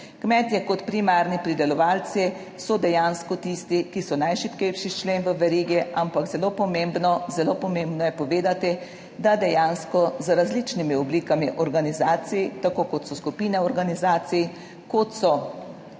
Kmetje kot primarni pridelovalci so dejansko tisti, ki so najšibkejši člen v verigi, ampak zelo pomembno je povedati, da dejansko z različnimi oblikami organizacij, tako kot so skupine organizacij, kot so